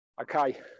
okay